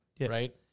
right